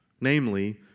namely